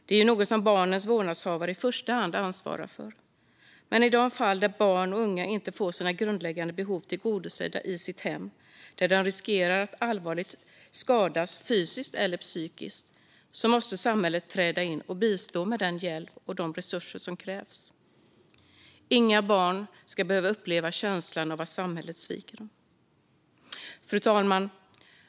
Detta är något som barnens vårdnadshavare i första hand ansvarar för, men i de fall där barn och unga inte får sina grundläggande behov tillgodosedda i sitt hem eller där de riskerar att allvarligt skadas fysiskt eller psykiskt måste samhället träda in och bistå med den hjälp och de resurser som krävs. Inga barn ska behöva uppleva känslan av att samhället sviker dem. Fru talman!